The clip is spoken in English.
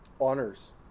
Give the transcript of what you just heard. honors